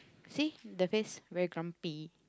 see the face very grumpy